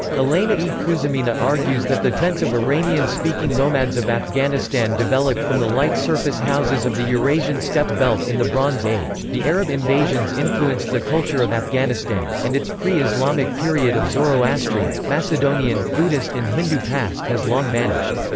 elena e. kuz'mina argues that the tents of iranian-speaking nomads of afghanistan developed from the light surface houses of the eurasian steppe belt in the bronze age the arab invasions influenced the culture of afghanistan, and its pre-islamic period of zoroastrian, macedonian, buddhist and hindu past has long vanished.